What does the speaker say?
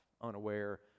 unaware